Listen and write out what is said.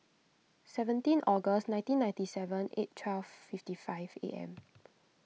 seventeen August nineteen ninety seven eight twelve fifty five A M